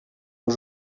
aux